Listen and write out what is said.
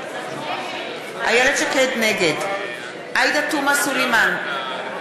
נגד עאידה תומא סלימאן,